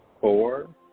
four